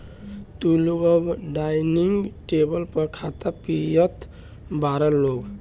तू लोग अब डाइनिंग टेबल पर खात पियत बारा लोग